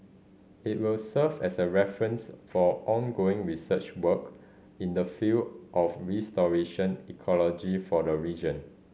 it will serve as a reference for ongoing research work in the field of restoration ecology for the region